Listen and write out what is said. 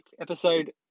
episode